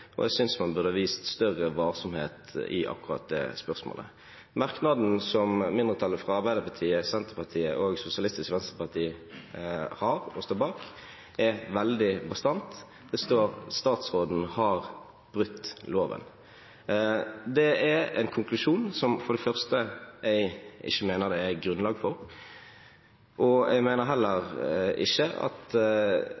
og jeg synes man burde ha vist større varsomhet i akkurat det spørsmålet. Merknaden som mindretallet fra Arbeiderpartiet, Senterpartiet og Sosialistisk Venstreparti står bak, er veldig bastant. Det står at statsråden har brutt loven. Det er en konklusjon som jeg for det første mener det ikke er grunnlag for. Og jeg mener at de rød-grønne partiene heller ikke